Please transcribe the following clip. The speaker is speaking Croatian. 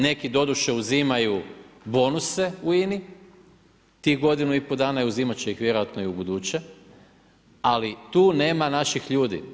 Neki doduše uzimaju bonuse u INA-i tih godinu i pol dana i uzimat će ih vjerojatno i ubuduće ali tu nema naših ljudi.